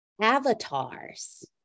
avatars